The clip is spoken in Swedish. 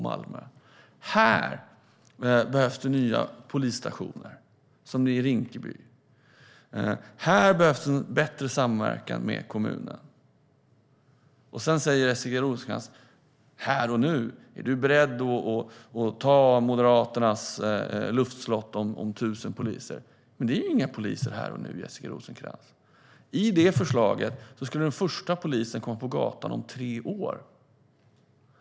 Jag säger: Här behövs det nya polisstationer, som i Rinkeby, och här behövs bättre samverkan med kommunerna. Sedan frågar Jessica Rosencrantz om jag är beredd att ta Moderaternas luftslott till förslag om 1 000 nya poliser här och nu? Men det innebär inte några poliser här och nu. Med det förslaget skulle den första polisen komma ut på gatan om tre år.